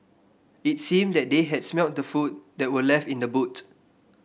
it seemed that they had smelt the food that were left in the boot